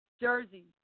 Jersey